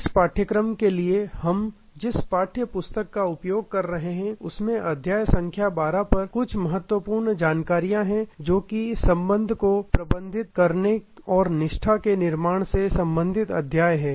इस पाठ्यक्रम के लिए हम जिस पाठ्य पुस्तक का उपयोग कर रहे हैं उसमें अध्याय संख्या 12 पर कुछ महत्वपूर्ण जानकारियां हैं जो कि संबंध को प्रबंधित करने और निष्ठा के निर्माण से संबंधित अध्याय है